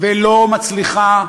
ולא מצליחה,